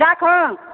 राखू